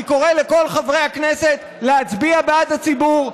אני קורא לכל חברי הכנסת להצביע בעד הציבור,